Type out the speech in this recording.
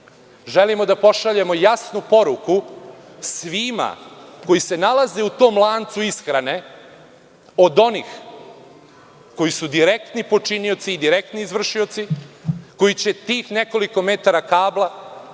Želimo da pošaljemo jasnu poruku svima koji se nalaze u tom lancu ishrane, od onih koji su direktni počinioci i direktni izvršioci, koji će tih nekoliko metara kabla